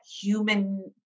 human